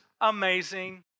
amazing